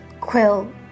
Quill